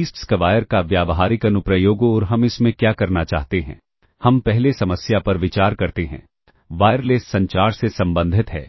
least square का व्यावहारिक अनुप्रयोग और हम इसमें क्या करना चाहते हैं हम पहले समस्या पर विचार करते हैं वायरलेस संचार से संबंधित है